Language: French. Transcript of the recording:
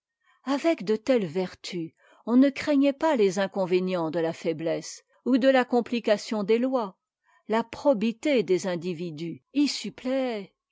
avec de telles vertus on ne craignait pas les inconvénients de la faiblesse ou de a complication des lois la probité des individus